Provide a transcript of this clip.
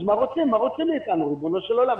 אז מה רוצים מאיתנו, ריבונו של עולם?